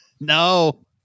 No